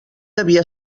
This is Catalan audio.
devia